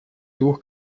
двух